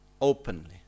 openly